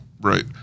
Right